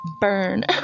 burn